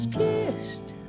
kissed